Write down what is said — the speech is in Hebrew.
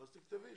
אז תכתבי